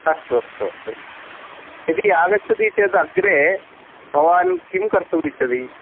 अस्तु अस्तु अस्तु यदि आगच्छति चेत् अग्रे भवान् किं कर्तुम् इच्छति